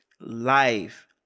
life